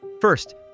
First